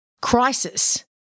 crisis